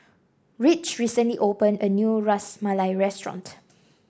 Ridge recently opened a new Ras Malai Restaurant